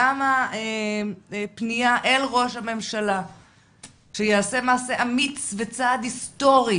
גם הפנייה אל ראש הממשלה שיעשה מעשה אמיץ והיסטורי